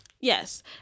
Yes